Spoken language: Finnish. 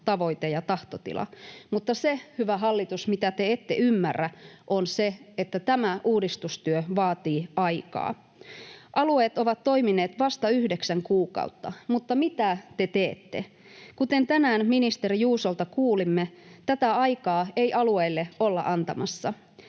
tavoite ja tahtotila. Mutta se, hyvä hallitus, mitä te ette ymmärrä, on se, että tämä uudistustyö vaatii aikaa. Alueet ovat toimineet vasta yhdeksän kuukautta, mutta mitä te teette? Kuten tänään ministeri Juusolta kuulimme, tätä aikaa ei alueille olla antamassa.